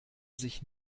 sich